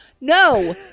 No